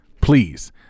Please